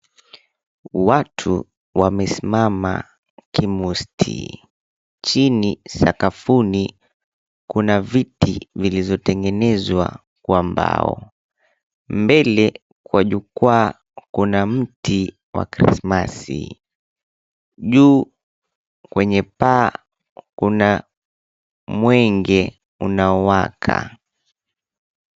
Watu wamesimama kimusti. Chini sakafuni kuna viti vilizotengenezwa kwa mbao. Mbele kwa jukwaa kuna mti wa krisimasi. Juu kwenye paa kuna mwenge unaowaka.